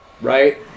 Right